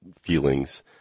feelings